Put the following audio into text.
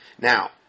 Now